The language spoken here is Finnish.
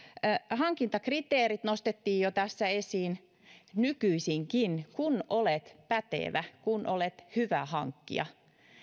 hankintakriteerit nostettiin jo tässä esiin nykyisinkin kun olet pätevä kun olet hyvä hankkija